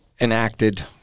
enacted